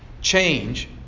change